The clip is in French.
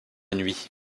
nuit